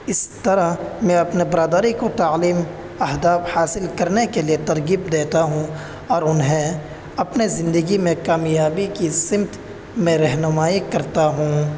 اس طرح میں اپنے برادری کو تعلیم اہداف حاصل کرنے کے لیے ترغیب دیتا ہوں اور انہیں اپنے زندگی میں کامیابی کی سمت میں رہنمائی کرتا ہوں